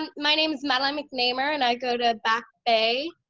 um my name is madeline mcnamer and i go to back bay.